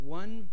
one